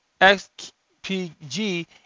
XPG